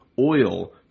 oil